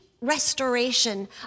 restoration